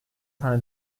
tane